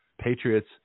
patriots